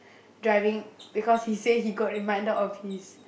driving because he says he got reminded of his